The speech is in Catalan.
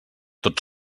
tot